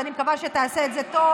אז אני מקווה שתעשה את זה טוב.